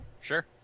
Sure